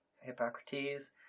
Hippocrates